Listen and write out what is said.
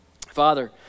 Father